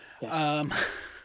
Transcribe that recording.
yes